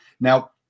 Now